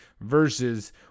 versus